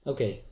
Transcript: Okay